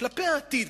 כלפי העתיד,